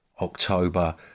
October